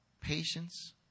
patience